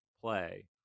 play